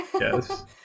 yes